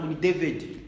David